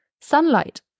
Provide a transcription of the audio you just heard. sunlight